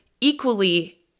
equally